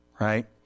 right